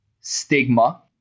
stigma